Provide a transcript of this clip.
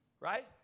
Right